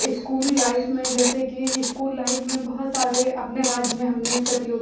school life में जैसे कि इस्कूल लाइफ में बहुत सारे अपने राज्य में हमने प्रतियोगिताओं